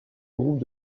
groupe